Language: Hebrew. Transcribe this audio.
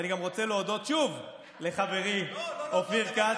ואני גם רוצה להודות שוב לחברי אופיר כץ,